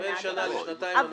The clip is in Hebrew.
בין שנה לשנתיים.